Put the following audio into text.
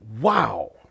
Wow